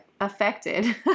affected